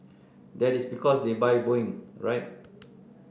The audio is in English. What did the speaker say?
that is because they buy Boeing right